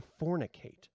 fornicate